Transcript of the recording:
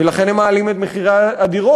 ולכן הם מעלים את מחירי הדירות.